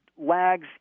lags